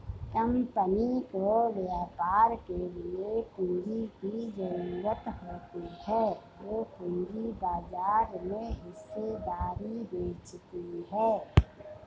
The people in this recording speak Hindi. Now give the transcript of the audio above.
कम्पनी को व्यापार के लिए पूंजी की ज़रूरत होती है जो पूंजी बाजार में हिस्सेदारी बेचती है